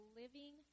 living